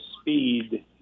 speed